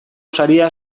saria